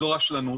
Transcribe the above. זו רשלנות